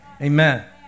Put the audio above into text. Amen